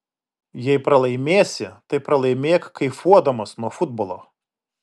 jei pralaimėsi tai pralaimėk kaifuodamas nuo futbolo